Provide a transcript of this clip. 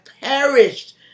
perished